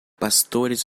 pastores